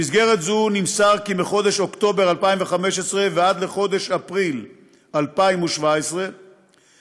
במסגרת זו נמסר כי מחודש אוקטובר 2015 עד חודש אפריל 2017 היו